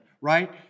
right